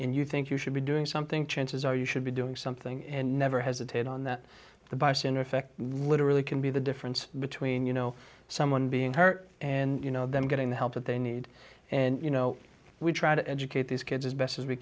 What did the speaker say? in you think you should be doing something chances are you should be doing something and never hesitate on that the bystander effect literally can be the difference between you know someone being hurt and you know them getting the help that they need and you know we try to educate these kids as best as we